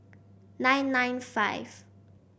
nine nine five